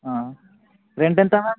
rent ఎంత ma'am